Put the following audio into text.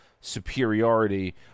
superiority